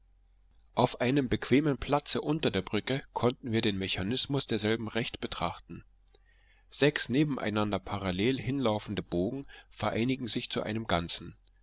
auf einem bequemen platze unter der brücke konnten wir den mechanismus derselben recht betrachten sechs nebeneinander parallel hinlaufende bogen vereinigen sich zu einem ganzen